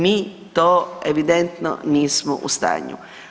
Mi to evidentno nismo u stanju.